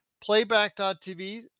playback.tv